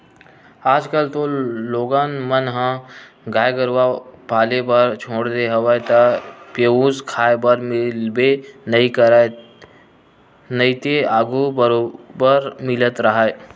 आजकल तो लोगन मन ह गाय गरुवा पाले बर छोड़ देय हवे त पेयूस खाए बर मिलबे नइ करय नइते आघू बरोबर मिलते राहय